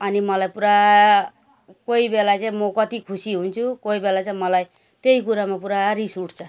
अनि मलाई पुरा कोही बेला चाहिँ म कति खुसी हुन्छु कोही बेला चाहिँ मलाई त्यही कुरामा पुरा रिस उठ्छ